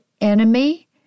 enemy